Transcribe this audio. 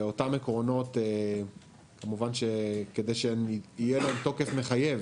ואותם עקרונות כמובן שכדי יהיה להם תוקף מחייב